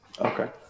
Okay